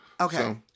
Okay